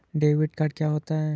Debit card क्या होता है?